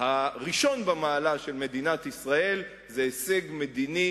הראשון במעלה של מדינת ישראל זה הישג מדיני